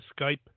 Skype